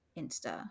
insta